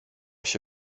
się